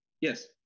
Yes